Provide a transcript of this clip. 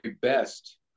best